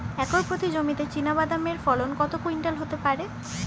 Acre প্রতি জমিতে চীনাবাদাম এর ফলন কত কুইন্টাল হতে পারে?